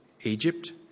Egypt